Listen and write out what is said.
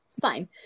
fine